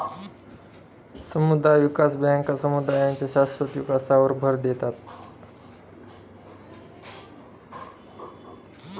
समुदाय विकास बँका समुदायांच्या शाश्वत विकासावर भर देतात